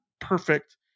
perfect